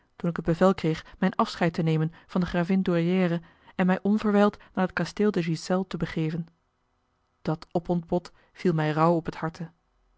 toen ik bevel kreeg mijn afscheid te nemen van de gravin douairière en mij onverwijld naar het kasteel de ghiselles te begeven dat opontbod viel mij rauw op het harte